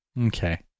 okay